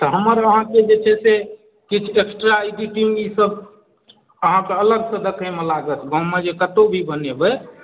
तऽ हमर अहाँके जे छै से किछु एक्स्ट्रा एडिटिंग ई सभजे अहाँके किछु अलगसँ देखैमे लागत गाममे जे कतहु भी बनेबै